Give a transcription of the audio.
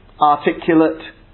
articulate